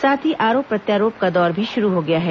साथ ही आरोप प्रत्यारोप का दौर भी शुरू हो गया है